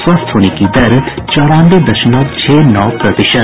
स्वस्थ होने की दर चौरानवे दशमलव छह नौ प्रतिशत